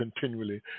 continually